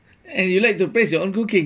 and you like to praise your own cooking